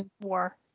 war